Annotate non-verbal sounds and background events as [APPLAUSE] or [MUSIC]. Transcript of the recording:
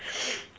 [NOISE]